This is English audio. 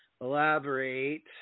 Elaborate